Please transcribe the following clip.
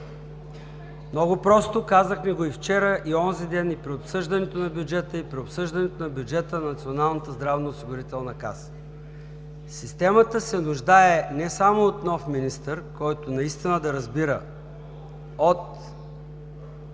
Много просто. Казахме го и вчера, и онзи ден, и при обсъждането на бюджета, и при обсъждането на бюджета на Националната здравноосигурителна каса. Системата се нуждае не само от нов министър, който наистина да разбира от